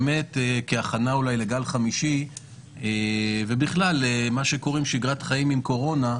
כהכנה אולי לגל חמישי ובכלל מה שקוראים שגרת חיים עם קורונה,